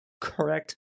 correct